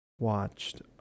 watched